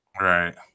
Right